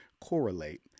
correlate